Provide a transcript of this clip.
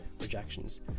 rejections